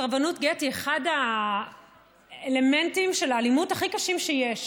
סרבנות גט היא אחד האלמנטים של אלימות הכי קשים שיש,